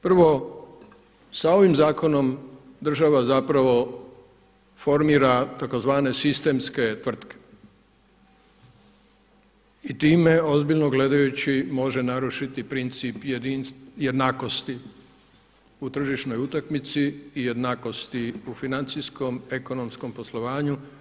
Prvo sa ovim zakonom država zapravo formira tzv. sistemske tvrtke i time ozbiljno gledajući može narušiti princip jednakosti u tržišnoj utakmici i jednakosti u financijskom, ekonomskom poslovanju.